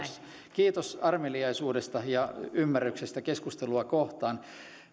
kiitos armeliaisuudesta ja ymmärryksestä keskustelua kohtaan